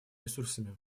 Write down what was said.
ресурсами